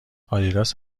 آدیداس